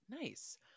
nice